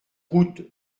route